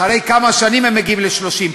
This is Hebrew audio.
אחרי כמה שנים הם מגיעים ל-30%,